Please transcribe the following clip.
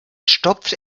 stopfte